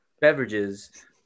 beverages